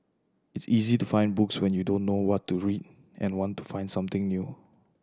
it's easy to find books when you don't know what to read and want to find something new